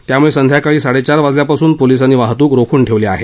त्यामुळे सायंकाळी साडेचार वाजल्यापासून पोलिसांनी वाहतूक रोखून ठेवली आहे